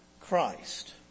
Christ